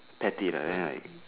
pat it lah then like